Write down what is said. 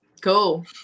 Cool